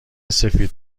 سفید